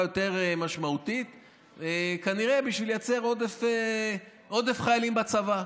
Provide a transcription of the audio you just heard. יותר משמעותית כנראה בשביל לייצר עודף חיילים בצבא.